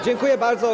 Dziękuję bardzo.